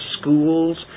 schools